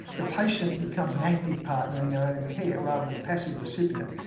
the patient becomes an active partner in their own care rather than a passive recipient.